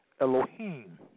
Elohim